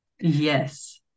Yes